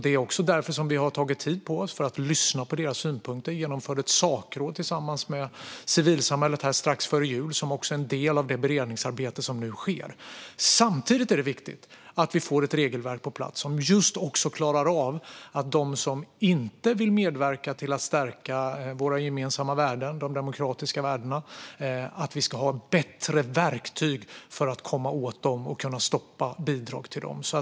Det är därför vi har tagit tid på oss, för att lyssna på deras synpunkter. Vi genomförde ett sakråd tillsammans med civilsamhället strax före jul, som en del i det beredningsarbete som nu sker. Samtidigt är det viktigt att vi får på plats ett regelverk som gör att vi får bättre verktyg att komma åt och stoppa bidrag till dem som inte vill medverka till att stärka våra gemensamma och demokratiska värden.